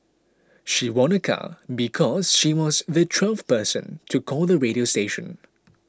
she won a car because she was the twelfth person to call the radio station